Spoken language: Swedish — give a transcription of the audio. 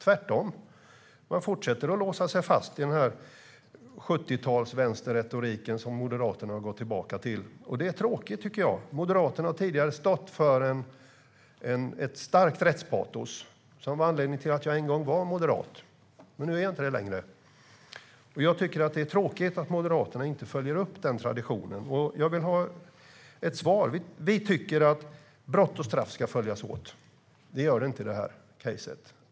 Tvärtom fortsätter de att låsa sig fast vid den vänsterretorik från 1970-talet som Moderaterna har gått tillbaka till. Det är tråkigt, tycker jag. Moderaterna har tidigare stått för ett starkt rättspatos, vilket var anledningen till att jag en gång var moderat. Nu är jag inte det längre. Jag tycker att det är tråkigt att Moderaterna inte följer upp den traditionen, och jag vill ha ett svar. Vi tycker att brott och straff ska följas åt. Det gör de inte i det här "caset".